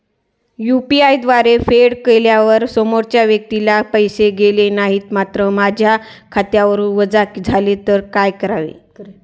UPI द्वारे फेड केल्यावर समोरच्या व्यक्तीला पैसे गेले नाहीत मात्र माझ्या खात्यावरून वजा झाले तर काय करावे?